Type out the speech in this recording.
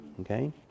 okay